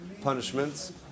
punishments